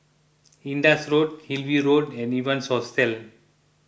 Indus Road Hillview Road and Evans Hostel